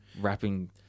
rapping